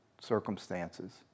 circumstances